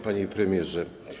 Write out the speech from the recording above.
Panie Premierze!